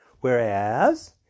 Whereas